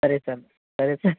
ಸರಿ ಸ್ವಾಮಿ ಸರಿ ಸ